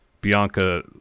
Bianca